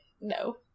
No